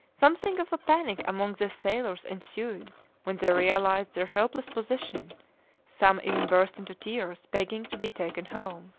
something of a panic among the sailors ensued when they realised their helpless position some even burst into tears, begging to be taken home.